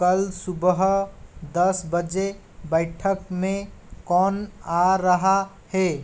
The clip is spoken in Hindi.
कल सुबह दस बजे बैठक में कौन आ रहा है